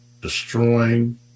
destroying